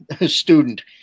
student